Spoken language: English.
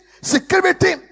security